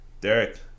Derek